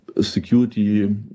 security